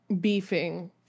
beefing